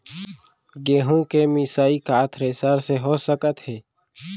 गेहूँ के मिसाई का थ्रेसर से हो सकत हे?